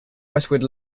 westwood